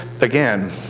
Again